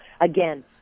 again